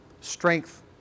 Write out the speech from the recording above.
strength